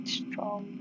strong